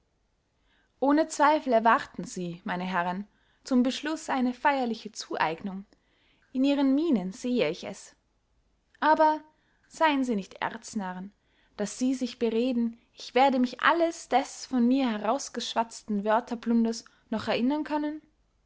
ohne zweifel erwarten sie meine herren zum beschluß eine feyerliche zueignung in ihren minen sehe ich es aber seyen sie nicht erznarren daß sie sich bereden ich werde mich alles des von mir herausgeschwatzten wörterplunders noch erinnern können